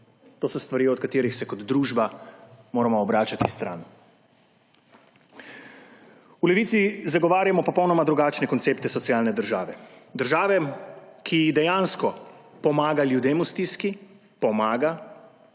To so stvari, od katerih se kot družba moramo obračati stran. V Levici zagovarjamo popolnoma drugačne koncepte socialne države, države, ki dejansko pomaga ljudem v stiski, pomaga,